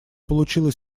получила